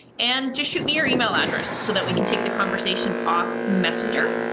and just shoot me your email address so that we can take the conversation off messenger.